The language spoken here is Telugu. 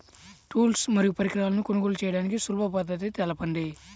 టూల్స్ మరియు పరికరాలను కొనుగోలు చేయడానికి సులభ పద్దతి తెలపండి?